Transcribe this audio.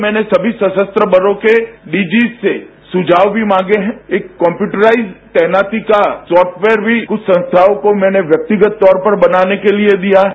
मैंने सभी सशस्त्र बलों के डीजीस से सुझाव भी मांगे हैं एक कम्पयूटीआरडज तैनाती का साफ्टवेयर भी कुछ संस्थाओं को मैंने व्यक्तिगत तौर पर बनाने के लिए दिया है